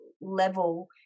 level